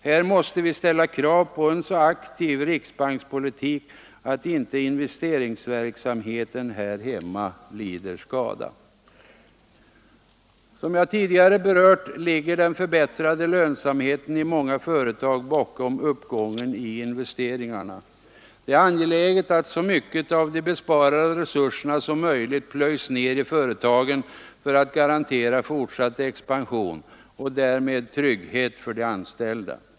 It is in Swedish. Nu måste vi ställa krav på en så aktiv riksbankspolitik att inte investeringsverksamheten här hemma lider skada. Som jag tidigare berört ligger den förbättrade lönsamheten i många företag bakom uppgången i investeringarna. Det är angeläget att så mycket av de besparade resurserna som möjligt plöjs ner i företagen för att garantera fortsatt expansion och därmed trygghet för de anställda.